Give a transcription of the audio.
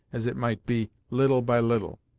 as it might be, little by little.